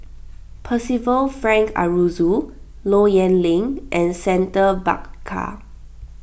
Percival Frank Aroozoo Low Yen Ling and Santha Bhaskar